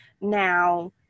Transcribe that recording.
now